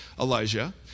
Elijah